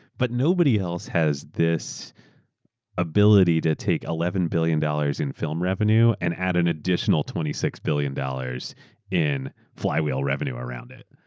but nobody else has this ability to take eleven billion dollars in film revenue and add an additional twenty six billion dollars in flywheel revenue around it.